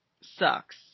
sucks